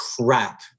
crap